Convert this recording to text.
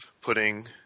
putting